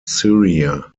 syria